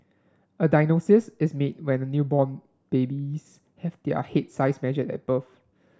a diagnosis is made when newborn babies have their head size measured at birth